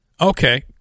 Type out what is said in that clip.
okay